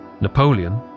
Napoleon